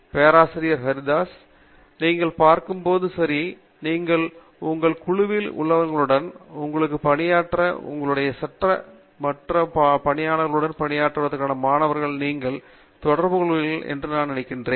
பேராசிரியர் பிரதாப் ஹரிதாஸ் நீங்கள் பார்க்கும் போது சரி நீங்கள் உங்கள் குழுவில் உள்ளவர்களுடனும் உங்களுடன் பணியாற்றும் உங்களுடைய மற்ற சக பணியாளர்களுடனும் பணிபுரியும் மாணவர்களுடன் நீங்கள் தொடர்பு கொள்ளுகிறீர்கள் என்று நான் நம்புகிறேன்